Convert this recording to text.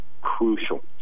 crucial